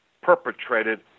perpetrated